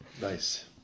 Nice